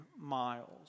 miles